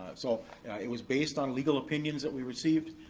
so it was based on legal opinions that we received.